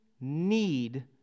need